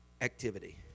activity